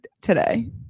today